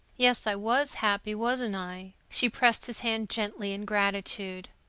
yes, i was happy, wasn't i? she pressed his hand gently in gratitude.